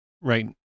right